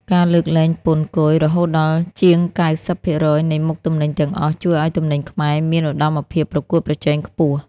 ការលើកលែងពន្ធគយរហូតដល់ជាងកៅសិបភាគរយនៃមុខទំនិញទាំងអស់ ជួយឱ្យទំនិញខ្មែរមានឧត្តមភាពប្រកួតប្រជែងខ្ពស់។